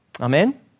Amen